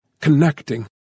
connecting